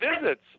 visits